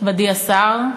נכבדי השר,